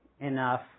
enough